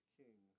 king